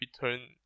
return